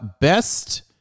best